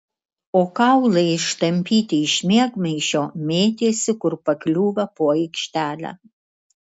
o kaulai ištampyti iš miegmaišio mėtėsi kur pakliūva po aikštelę